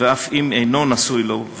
אף אם אינו נשוי לו,